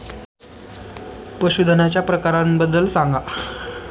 पशूधनाच्या प्रकारांबद्दल सांगा